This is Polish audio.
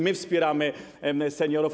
My wspieramy seniorów.